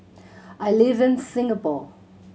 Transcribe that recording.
I live in Singapore